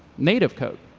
native code.